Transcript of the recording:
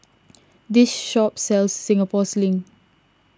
this shop sells Singapore Sling